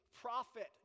prophet